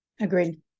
agreed